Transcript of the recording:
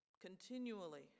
continually